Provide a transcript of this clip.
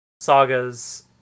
sagas